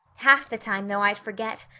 half the time, though, i'd forget,